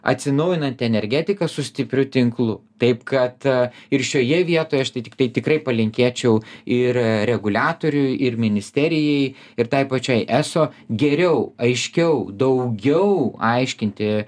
atsinaujinanti energetika su stipriu tinklu taip kad ir šioje vietoje aš tai tiktai tikrai palinkėčiau ir reguliatoriui ir ministerijai ir tai pačiai eso geriau aiškiau daugiau aiškinti